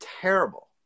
terrible